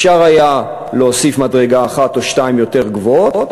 אפשר היה להוסיף מדרגה אחת או שתיים יותר גבוהות